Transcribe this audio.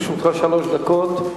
לרשותך שלוש דקות.